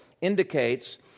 indicates